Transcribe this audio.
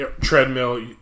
treadmill